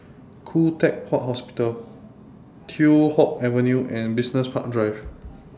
Khoo Teck Puat Hospital Teow Hock Avenue and Business Park Drive